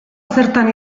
zertan